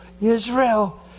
Israel